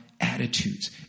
attitudes